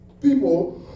people